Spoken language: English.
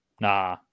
nah